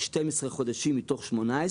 שזה 12 חודשים מתוך 18,